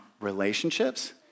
relationships